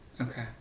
Okay